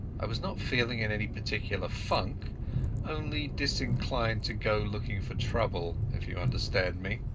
i was not feeling in any particular funk only disinclined to go looking for trouble, if you understand me.